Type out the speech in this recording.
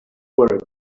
were